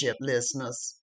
listeners